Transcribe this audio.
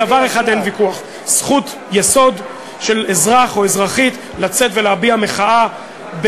בדבר אחד אין ויכוח: זכות יסוד של אזרח או אזרחית לצאת ולהביע מחאה,